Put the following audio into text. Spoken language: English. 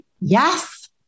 Yes